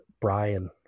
brian